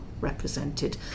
represented